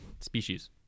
species